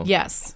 Yes